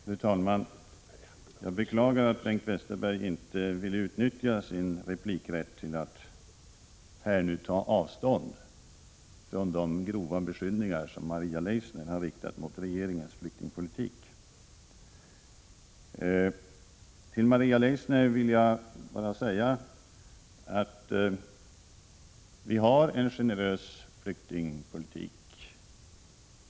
Fru talman! Jag beklagar att Bengt Westerberg inte ville utnyttja sin replikrätt till att här ta avstånd från de grova beskyllningar som Maria Leissner riktat mot regeringens flyktingpolitik. Till Maria Leissner vill jag bara säga att vi har en generös flyktingpolitik.